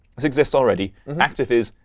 this exists already. and active is,